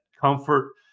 comfort